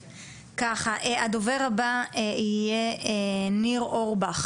הדובר הבא יהיה חבר הכנסת ניר אורבך.